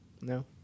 No